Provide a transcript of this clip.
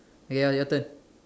okay now your turn